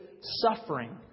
suffering